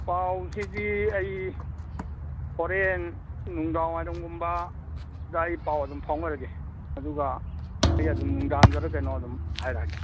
ꯄꯥꯎꯁꯤꯗꯤ ꯑꯩ ꯍꯣꯔꯦꯟ ꯅꯨꯡꯗꯥꯡꯋꯥꯏꯔꯝꯒꯨꯝꯕꯗ ꯑꯩ ꯄꯥꯎ ꯑꯗꯨꯝ ꯐꯥꯎꯅꯔꯒꯦ ꯑꯗꯨꯒ ꯑꯩ ꯑꯗꯨꯝ ꯅꯨꯡꯗꯥꯡꯗꯔꯥ ꯀꯩꯅꯣ ꯑꯗꯨꯝ ꯍꯥꯏꯔꯛꯑꯒꯦ